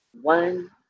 one